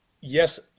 Yes